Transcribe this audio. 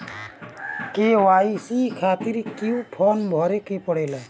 KYC खातिर क्यूं form भरे के पड़ेला?